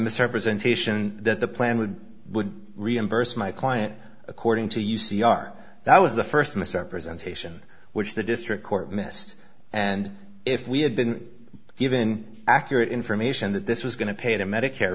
misrepresentation that the plan would would reimburse my client according to u c r that was the first misrepresentation which the district court missed and if we had been given accurate information that this was going to pay to medicare